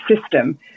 system